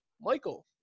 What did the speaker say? michael